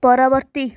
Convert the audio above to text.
ପରବର୍ତ୍ତୀ